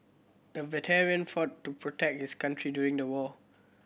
the veteran fought to protect his country during the war